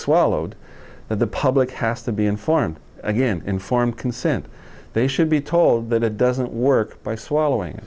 swallowed that the public has to be informed again informed consent they should be told that it doesn't work by swallowing